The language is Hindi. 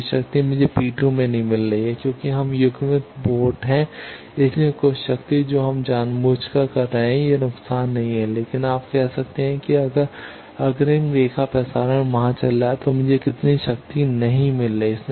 पूरी शक्ति मुझे P2 में नहीं मिल रही है क्योंकि हम युग्मित पोर्ट हैं इसलिए कुछ शक्ति जो हम जानबूझकर कर रहे हैं यह नुकसान नहीं है लेकिन आप कह सकते हैं कि अगर अग्रिम रेखा प्रसारण वहां चल रहा है तो मुझे कितनी शक्ति नहीं मिल रही है